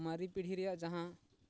ᱢᱟᱨᱮ ᱯᱤᱲᱦᱤ ᱨᱮᱭᱟᱜ ᱡᱟᱦᱟᱸ